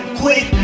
quit